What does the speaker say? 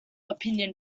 opinion